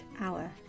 hour